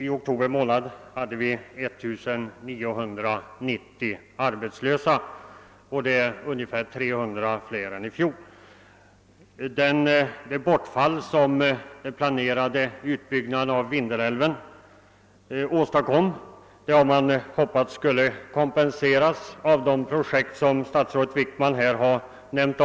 I oktober månad hade vi 1990 arbetslösa; det är ungefär 300 fler än under motsvarande tid i fjol. Det bortfall som den planerade utbyggnaden av Vindelälven medförde har man hoppats skulle delvis kompenseras av de projekt som statsrådet Wickman nu har nämnt.